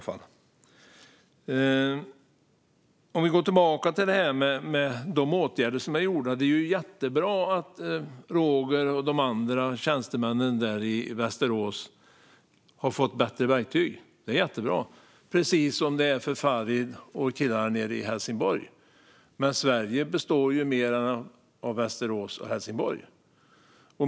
För att gå tillbaka till de åtgärder som är gjorda är det ju jättebra att Roger och de andra tjänstemännen i Västerås har fått bättre verktyg. Det är jättebra, precis som det är för Farid och killarna i Helsingborg. Men Sverige består ju av mer än Västerås och Helsingborg.